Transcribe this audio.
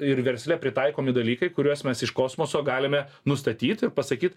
ir versle pritaikomi dalykai kuriuos mes iš kosmoso galime nustatyt ir pasakyt